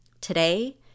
today